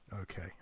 Okay